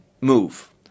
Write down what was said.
move